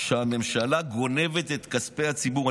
שהממשלה גונבת את כספי הציבור.